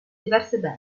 diverse